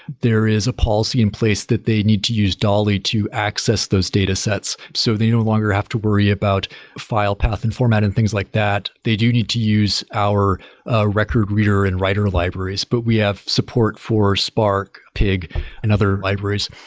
there is a policy in place that they need to use dali to access those data sets, so they no longer have to worry about a file path and format and things like that. they do need to use our ah record reader and writer libraries, but we have support for spark, pig and other libraries.